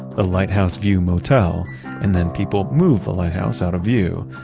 the lighthouse view motel and then people move the lighthouse out of view,